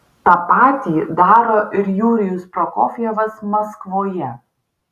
tą patį daro ir jurijus prokofjevas maskvoje